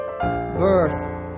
birth